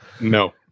No